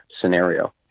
scenario